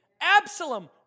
Absalom